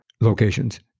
locations